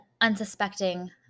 unsuspecting